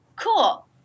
cool